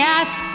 ask